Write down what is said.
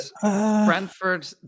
Brentford